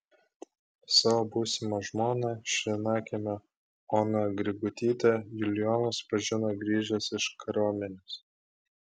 savo būsimą žmoną šlynakiemio oną grigutytę julijonas pažino grįžęs iš kariuomenės